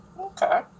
Okay